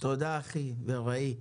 תודה אחי ורעי.